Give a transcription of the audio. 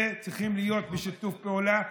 וצריכים להיות בשיתוף פעולה.